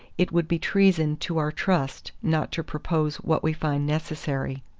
it would be treason to our trust not to propose what we find necessary.